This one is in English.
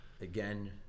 Again